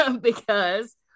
because-